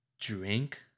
drink